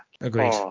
Agreed